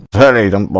telling them